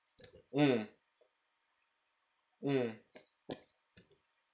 mm mm